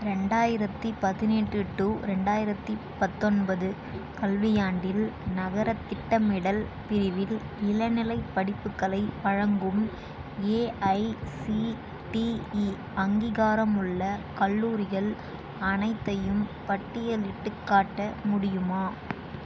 ரெண்டாயிரத்து பதினெட்டு டு ரெண்டாயிரத்து பத்தொன்பது கல்வியாண்டில் நகரத் திட்டமிடல் பிரிவில் இளநிலைப் படிப்புகளை வழங்கும் ஏஐசிடிஇ அங்கீகாரமுள்ள கல்லூரிகள் அனைத்தையும் பட்டியலிட்டுக் காட்ட முடியுமா